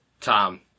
Tom